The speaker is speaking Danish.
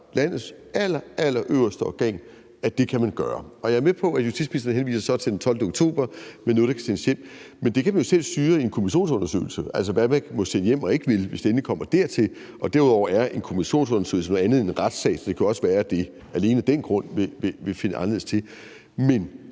landets allerallerøverste organ, vurderer, at det kan man gøre. Jeg er med på, at justitsministeren så henviser til den 12. oktober med noget, der kan sendes hjem, men det kan vi jo selv styre i en kommissionsundersøgelse – altså hvad man må sende hjem og ikke vil sende hjem – hvis det endelig kommer dertil. Derudover er en kommissionsundersøgelse noget andet end en retssag, så det kan jo også alene af den grund være anderledes. Men